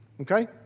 okay